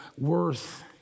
worth